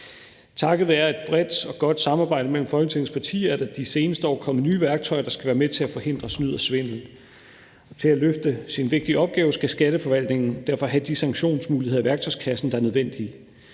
Takket være et bredt og godt samarbejde mellem Folketingets partier er der de seneste år kommet nye værktøjer, der skal være med til at forhindre snyd og svindel. Til at løfte sin vigtige opgave skal Skatteforvaltningen derfor have de sanktionsmuligheder i værktøjskassen, der er nødvendige.